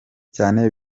cyane